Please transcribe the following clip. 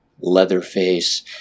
Leatherface